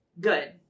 Good